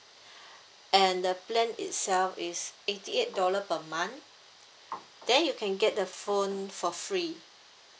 and the plan itself is eighty eight dollar per month then you can get the phone for free